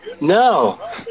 No